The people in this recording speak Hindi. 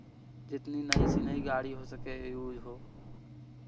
जितनी नई से नई गाड़ी हो सके यूज हो